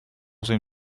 seem